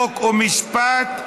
חוק ומשפט.